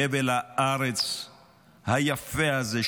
חבל הארץ היפה הזה,